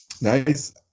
Nice